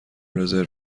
رزرو